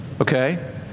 Okay